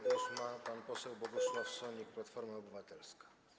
Głos ma pan poseł Bogusław Sonik, Platforma Obywatelska.